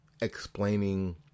explaining